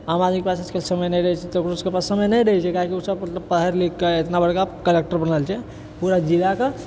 आम आदमीके पास आइकाल्हि समय नहि रहै छै तऽ ओकरा पास समय नहि रहै छै काहे कि ओ सब मतलब पैढ़ लिखके इतना बड़का कलेक्टर बनल छै पूरा जिलाके